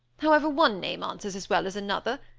however, one name answers as well as another.